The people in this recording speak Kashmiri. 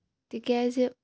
تِکیٛازِ